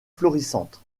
florissante